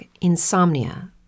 Insomnia